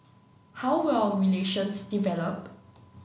how will our relations develop